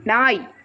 நாய்